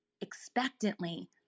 expectantly